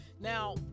Now